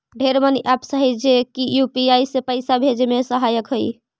ढेर money apps हई जे की यू.पी.आई से पाइसा भेजे में सहायक हई